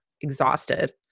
exhausted